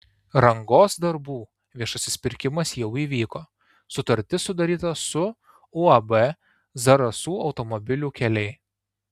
rangos darbų viešasis pirkimas jau įvyko sutartis sudaryta su uab zarasų automobilių keliai